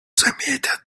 заметят